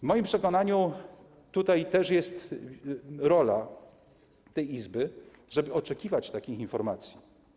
W moim przekonaniu to też jest rolą tej Izby, żeby oczekiwać takich informacji.